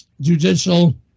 Judicial